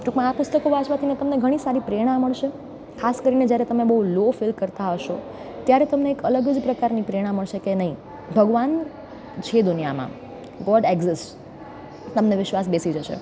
ટૂંકમાં આ પુસ્તકો વાંચવાથીને તમને ઘણી સારી પ્રેરણા મળશે ખાસ કરીને જ્યારે તમે બહુ લો ફિલ કરતા હશો ત્યારે તમને એક અલગ જ પ્રકારની પ્રેરણા મળશે કે નહીં ભગવાન છે દુનિયામાં ગોડ એક્ઝીસ્ટ તમને વિશ્વાસ બેસી જશે